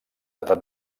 edat